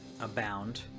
abound